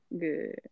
good